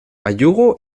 majuro